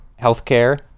healthcare